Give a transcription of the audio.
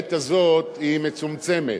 לעת הזאת, היא מצומצמת.